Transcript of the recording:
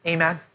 Amen